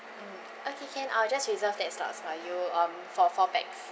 mm okay can I'll just reserve that slots for you um for four pax